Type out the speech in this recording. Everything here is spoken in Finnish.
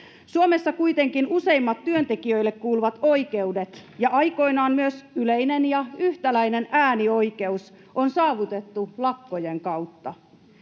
Suomessa kuitenkin useimmat työntekijöille kuuluvat oikeudet ja aikoinaan myös yleinen ja yhtäläinen äänioikeus on saavutettu lakkojen kautta.